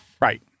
Right